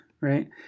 right